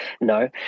No